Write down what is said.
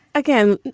again,